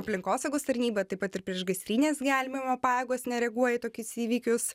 aplinkosaugos tarnyba taip pat ir priešgaisrinės gelbėjimo pajėgos nereaguoja į tokius įvykius